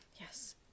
yes